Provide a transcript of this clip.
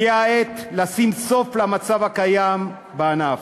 הגיעה העת לשים סוף למצב הקיים בענף,